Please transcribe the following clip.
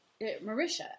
Marisha